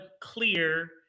clear